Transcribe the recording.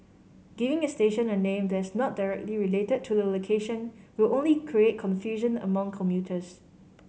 giving a station a name that is not directly related to the location will only create confusion among commuters